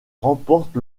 remporte